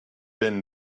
been